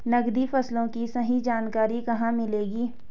नकदी फसलों की सही जानकारी कहाँ मिलेगी?